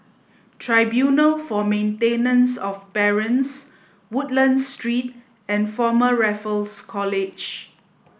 Tribunal for Maintenance of Parents Woodlands Street and Former Raffles College